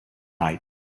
night